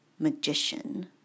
magician